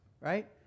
right